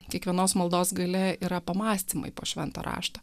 kiekvienos maldos galia yra pamąstymai po švento rašto